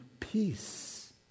peace